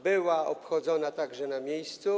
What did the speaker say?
Była obchodzona także na miejscu.